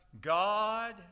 God